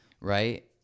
right